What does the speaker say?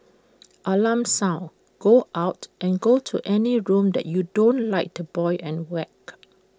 alarm sound go out and go to any room that you don't like the boy and whacked